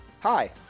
Hi